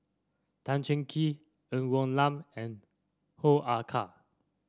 Tan Cheng Kee Ng Woon Lam and Hoo Ah Kay